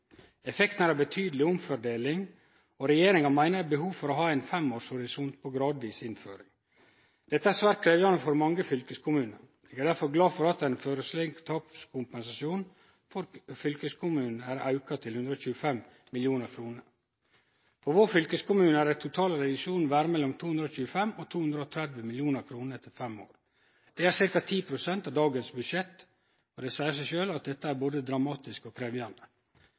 Effekten er ei betydeleg omfordeling, og regjeringa meiner det er behov for å ha fem års horisont på gradvis innføring. Dette er svært krevjande for mange fylkeskommunar. Eg er derfor glad for at ein føreslår å auke tapskompensasjonen for fylkeskommunane til 125 mill. kr. For vår fylkeskommune vil den totale reduksjonen vere på mellom 225 mill. kr og 230 mill. kr etter fem år. Dette er ca. 10 pst. av dagens budsjett, og det seier seg sjølv at dette er både dramatisk og krevjande.